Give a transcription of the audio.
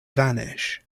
vanish